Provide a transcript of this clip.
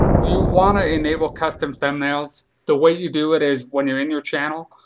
you want to enable custom thumbnails. the way you do it is when you're in your channel,